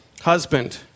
husband